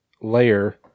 Layer